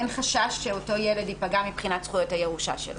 אין חשש שאותו ילד יפגע מבחינת זכויות הירושה שלו.